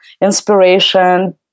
inspiration